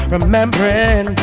Remembering